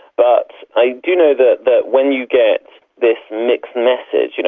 but i do know that that when you get this mixed message, you know,